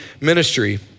ministry